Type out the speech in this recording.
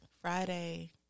Friday